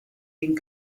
den